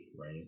right